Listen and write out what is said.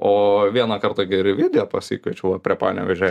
o vieną kartą į geri video pasikviečiau va prie panevėžio